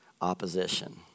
opposition